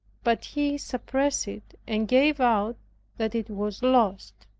but he suppressed it, and gave out that it was lost.